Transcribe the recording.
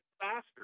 faster